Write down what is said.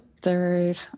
third